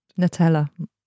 Nutella